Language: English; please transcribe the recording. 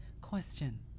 Question